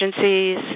agencies